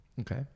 Okay